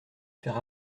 faire